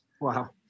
Wow